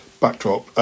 backdrop